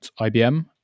IBM